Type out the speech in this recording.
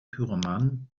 pyromanen